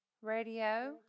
Radio